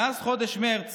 מאז חודש מרץ,